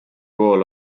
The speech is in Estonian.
pool